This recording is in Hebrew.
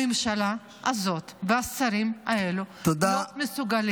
הממשלה הזאת והשרים האלה לא מסוגלים.